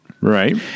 right